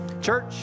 Church